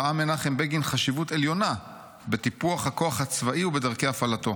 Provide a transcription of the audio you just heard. ראה מנחם בגין חשיבות עליונה בטיפוח הכוח הצבאי ובדרכי הפעלתו.